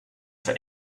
for